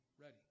ready